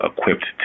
equipped